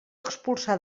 expulsar